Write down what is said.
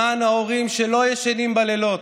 למען ההורים שלא ישנים בלילות,